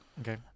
Okay